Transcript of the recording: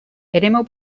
eremu